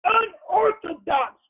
unorthodox